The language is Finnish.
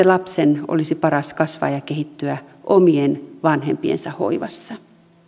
lapsen olisi paras kasvaa ja kehittyä omien vanhempiensa hoivassa